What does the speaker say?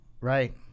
Right